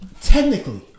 Technically